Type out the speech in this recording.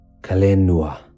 Kalenua